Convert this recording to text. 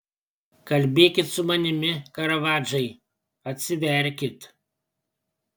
kalbėkit su manimi karavadžai atsiverkit